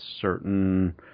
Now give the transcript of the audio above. certain